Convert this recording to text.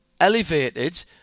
elevated